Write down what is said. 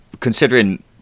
Considering